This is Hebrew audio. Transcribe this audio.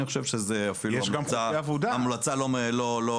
אני חושב שזו המלצה לא הגיונית.